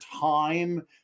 time